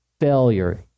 Failure